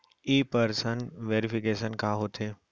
In person verification का होथे?